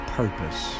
purpose